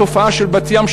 התופעה של בת-ים,